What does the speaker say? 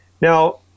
Now